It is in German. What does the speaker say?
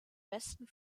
besten